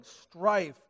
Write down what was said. strife